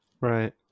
right